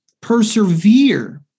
Persevere